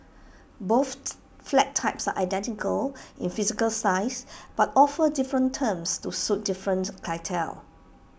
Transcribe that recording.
both flat types are identical in physical size but offer different terms to suit different clientele